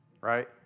Right